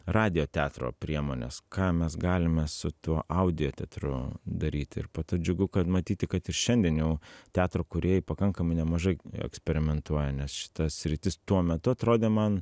radijo teatro priemonės ką mes galime su tuo audio teatru daryti ir po to džiugu kad matyti kad ir šiandien jau teatro kūrėjai pakankamai nemažai eksperimentuoja nes šita sritis tuo metu atrodė man